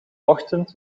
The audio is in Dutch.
ochtend